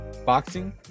boxing